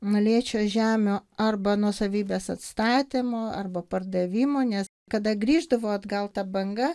na liečia žemių arba nuosavybės atstatymo arba pardavimo nes kada grįždavo atgal ta banga